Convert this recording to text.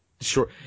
sure